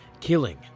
killing